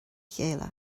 chéile